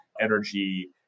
Energy